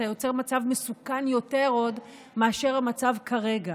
אתה יוצר מצב מסוכן עוד יותר מהמצב כרגע.